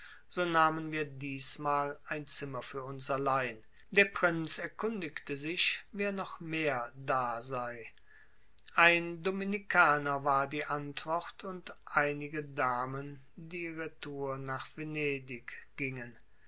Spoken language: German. so nahmen wir diesmal ein zimmer für uns allein der prinz erkundigte sich wer noch mehr da sei ein dominikaner war die antwort und einige damen die retour nach venedig gingen